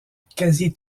quasi